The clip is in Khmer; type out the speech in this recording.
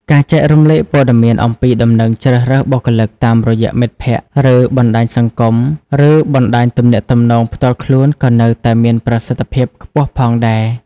ការចែករំលែកព័ត៌មានអំពីដំណឹងជ្រើសរើសបុគ្គលិកតាមរយៈមិត្តភ័ក្តិ ឬបណ្តាញទំនាក់ទំនងផ្ទាល់ខ្លួនក៏នៅតែមានប្រសិទ្ធភាពខ្ពស់ផងដែរ។